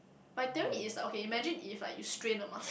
my theory is okay imagine if like you strain a muscle